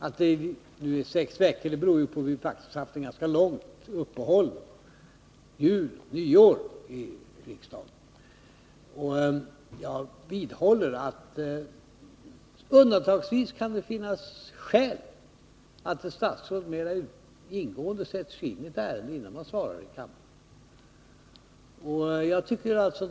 Att det har tagit sex veckor att besvara fru Jonängs fråga beror faktiskt på att riksdagen har haft ett långt uppehåll. Det har som bekant varit juloch nyårshelger. Jag vidhåller att det undantagsvis kan finnas skäl för ett statsråd att mer ingående sätta sig in i en viss fråga, innan han eller hon besvarar den i kammaren.